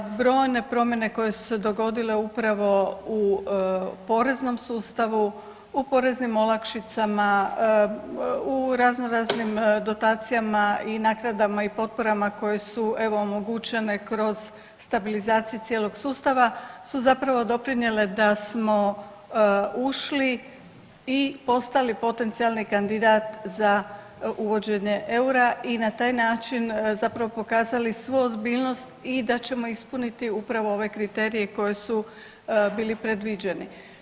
Brojne promjene koje su se dogodile upravo u poreznom sustavu, u poreznim olakšicama, u razno raznim dotacijama i naknadama i potporama koje su evo omogućene kroz stabilizaciju cijelog sustava su zapravo doprinijele da smo ušli i postali potencijalni kandidat za uvođenje eura i na taj način zapravo pokazali svu ozbiljnost i da ćemo ispuniti ove kriterije koji su bili predviđeni.